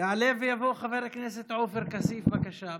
יעלה ויבוא חבר הכנסת עופר כסיף, בבקשה.